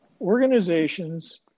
organizations